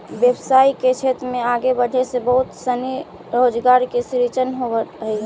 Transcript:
व्यवसाय के क्षेत्र में आगे बढ़े से बहुत सनी रोजगार के सृजन होवऽ हई